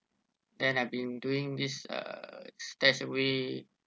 and I've been doing this uh stashaway